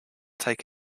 take